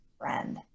friend